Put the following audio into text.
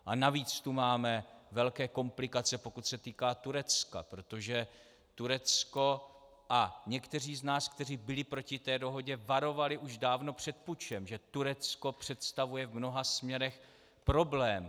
A navíc tu máme velké komplikace, pokud se týká Turecka, protože Turecko, a někteří z nás, kteří byli proti té dohodě, varovali už dávno před pučem, že Turecko představuje v mnoha směrech problém.